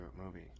movie